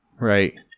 right